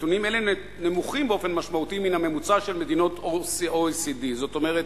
נתונים אלה נמוכים באופן משמעותי מן הממוצע של מדינות OECD. זאת אומרת,